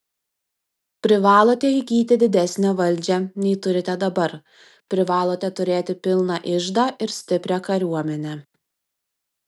privalote įgyti didesnę valdžią nei turite dabar privalote turėti pilną iždą ir stiprią kariuomenę